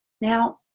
Now